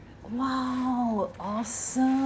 !wow! awesome